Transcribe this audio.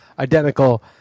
identical